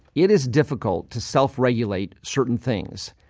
it is difficult to self-regulate certain things.